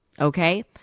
okay